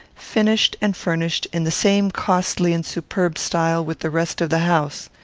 finished and furnished in the same costly and superb style with the rest of the house.